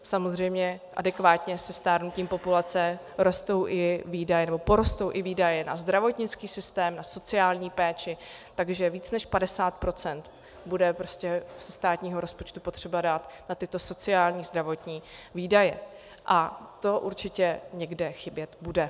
Samozřejmě adekvátně se stárnutím populace porostou i výdaje na zdravotnický systém, na sociální péči, takže více než 50 % bude prostě ze státního rozpočtu potřeba dát na tyto sociální a zdravotní výdaje a to určitě někde chybět bude.